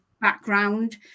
background